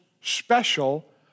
special